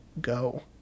go